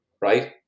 right